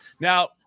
Now